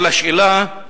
אבל השאלה,